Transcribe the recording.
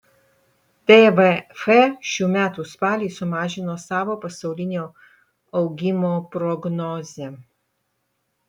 tvf šių metų spalį sumažino savo pasaulinio augimo prognozę